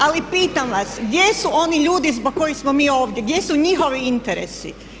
Ali pitam vas, gdje su oni ljudi zbog kojih smo mi ovdje, gdje su njihovi interesi?